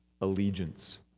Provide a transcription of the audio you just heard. allegiance